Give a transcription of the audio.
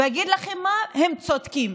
ואגיד לכם מה: הם צודקים.